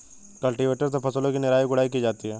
cultivator से फसलों की निराई गुड़ाई की जाती है